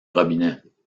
robinet